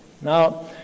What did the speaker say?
Now